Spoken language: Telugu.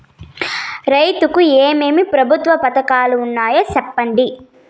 రైతుకు ఏమేమి ప్రభుత్వ పథకాలు ఉన్నాయో సెప్పండి?